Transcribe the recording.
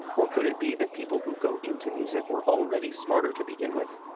or could it be that people who go into music were already smarter to begin with?